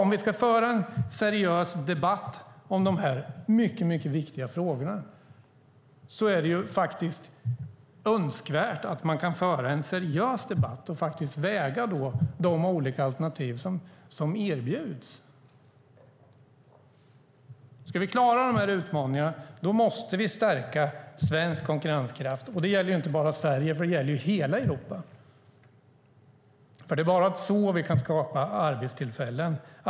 Om vi ska föra en seriös debatt om de här viktiga frågorna är det önskvärt att man väger de olika alternativen mot varandra. Ska vi klara utmaningarna måste vi stärka svensk konkurrenskraft. Det gäller inte bara Sverige, utan hela Europa. Det är bara så vi kan skapa arbetstillfällen.